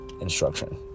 instruction